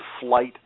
flight